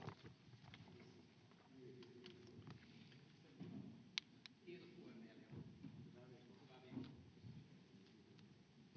Kiitos.